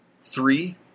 three